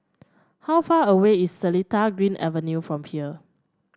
how far away is Seletar Green Avenue from here